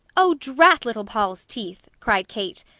oh, drat little poll's teeth! cried kate,